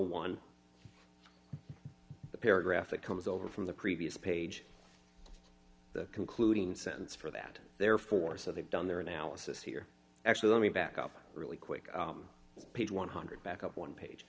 dollars the paragraph that comes over from the previous page the concluding sentence for that therefore so they've done their analysis here actually let me back up a really quick page one hundred back up one page